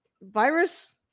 virus